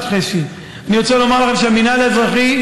בשטחי C. אני רוצה לומר לכם שהמינהל האזרחי,